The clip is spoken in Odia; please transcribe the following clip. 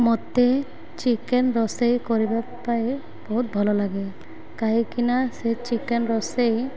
ମତେ ଚିକେନ୍ ରୋଷେଇ କରିବା ପାଇଁ ବହୁତ ଭଲ ଲାଗେ କାହିଁକିନା ସେ ଚିକେନ୍ ରୋଷେଇ